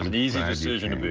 um and easy decision.